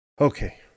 Okay